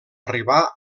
arribar